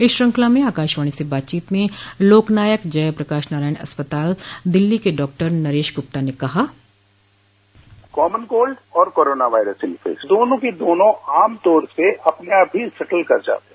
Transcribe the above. इस श्रृंखला में आकाशवाणी से बातचीत में लोक नायक जयप्रकाश नारायण अस्पताल दिल्ली के डॉक्टर नरेश गुप्ता ने कहा कॉमन कोल्ड और कोरोना वायरस सिम्पटम्स दोनों के दोनों आमतौर पर अपने आप ही सैटल कर जाते हैं